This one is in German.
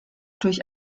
durch